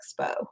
expo